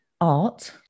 art